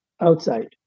outside